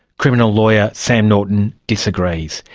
criminal lawyer sam norton disagrees.